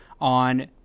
on